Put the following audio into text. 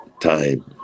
time